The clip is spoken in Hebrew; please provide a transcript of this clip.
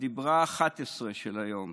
הדיבר ה-11 של היום,